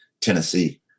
Tennessee